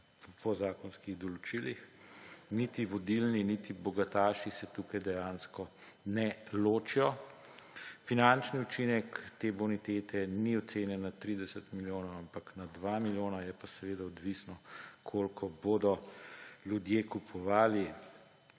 po zakonskih določilih; niti vodilni niti bogataši se tukaj dejansko ne ločijo. Finančni učinek te bonitete ni ocenjen na 30 milijonov, ampak na 2 milijona, je pa seveda odvisno, koliko bodo ljudje kupovali